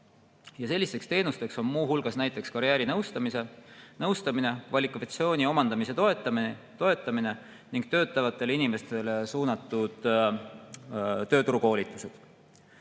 Sellised teenused on muu hulgas näiteks karjäärinõustamine ja kvalifikatsiooni omandamise toetamine ning töötavatele inimestele suunatud tööturukoolitused.